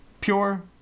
pure